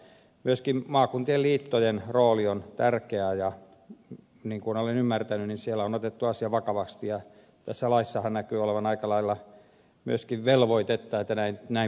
myöskin maakuntien liittojen rooli on tärkeää ja niin kuin olen ymmärtänyt niin siellä on otettu asia vakavasti ja tässä laissahan näkyy olevan aika lailla myöskin velvoitetta että näin pitää tehdä